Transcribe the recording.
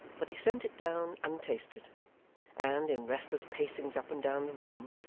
but he sent it down untasted and, in restless pacings up and down the room,